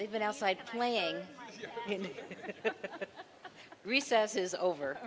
they've been outside playing recess is over